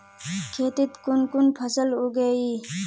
खेतीत कुन कुन फसल उगेई?